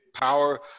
power